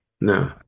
No